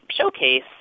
showcase